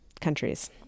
countries